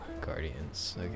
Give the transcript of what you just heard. Guardians